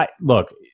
look